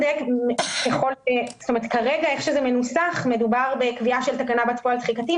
איך שזה מנוסח כרגע מדובר בקביעה של תקנה בת פועל תחיקתי.